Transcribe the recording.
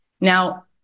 Now